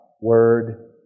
word